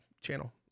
channel